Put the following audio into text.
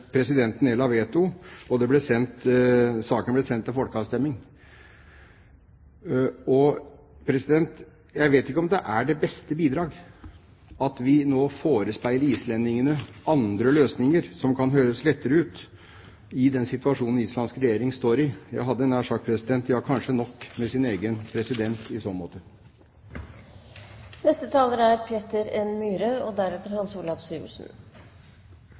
presidenten nedla veto og saken ble sendt til folkeavstemning. Jeg vet ikke om det er det beste bidraget at vi nå forespeiler islendingene andre løsninger som kan høres lettere ut i den situasjonen den islandske regjeringen står i. De har – jeg hadde nær sagt – kanskje nok med sin egen president i så måte. I 1864 ble Danmark angrepet av Østerrike og